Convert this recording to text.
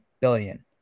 billion